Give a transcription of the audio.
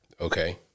Okay